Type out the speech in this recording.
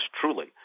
truly